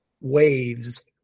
waves